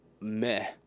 meh